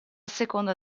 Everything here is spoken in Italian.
seconda